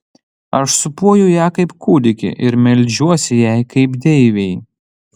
aš sūpuoju ją kaip kūdikį ir meldžiuosi jai kaip deivei